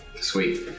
Sweet